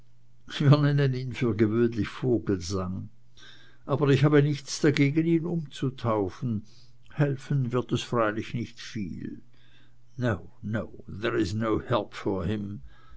gewöhnlich vogelsang aber ich habe nichts dagegen ihn umzutaufen helfen wird es freilich nicht viel no no